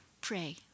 pray